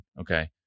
okay